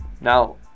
now